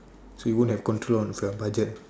so you will have control of your budget